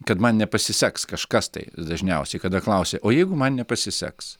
kad man nepasiseks kažkas tai dažniausiai kada klausia o jeigu man nepasiseks